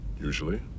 Usually